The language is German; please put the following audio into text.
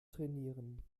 trainieren